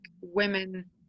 women